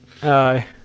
Aye